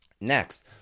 Next